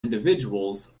individuals